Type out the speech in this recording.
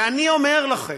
ואני אומר לכם,